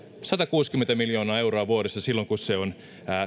satakuusikymmentä miljoonaa euroa vuodessa silloin kun se on